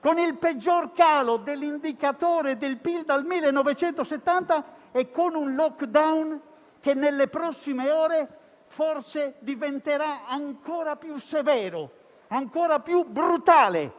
con il peggior calo dell'indicatore del PIL dal 1970 e con un *lockdown* che nelle prossime ore forse diventerà ancora più severo e ancora più brutale